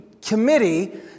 committee